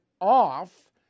off